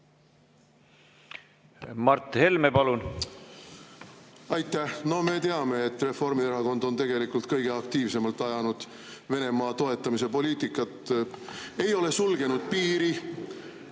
Mart Helme, palun! Aitäh! No me teame, et Reformierakond on tegelikult kõige aktiivsemalt ajanud Venemaa toetamise poliitikat. Me ei ole sulgenud piiri.